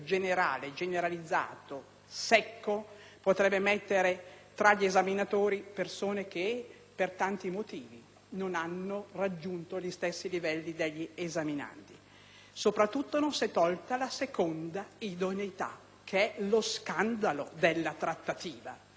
secco potrebbe inserire tra gli esaminatori persone che, per tanti motivi, non hanno raggiunto gli stessi livelli degli esaminandi. Soprattutto, non si è tolta la seconda idoneità, che rappresenta lo scandalo della trattativa. Per un